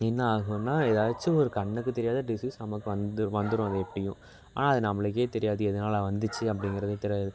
என்ன ஆகுன்னா ஏதாச்சும் ஒரு கண்ணுக்கு தெரியாத டிசீஸ் நமக்கு வந்து வந்துரும் அது எப்படியும் ஆனால் அது நம்பளுக்கே தெரியாது எதனால் வந்துச்சு அப்படிங்கிறதே தெரியாது